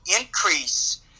increase